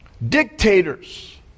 Dictators